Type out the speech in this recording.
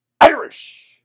Irish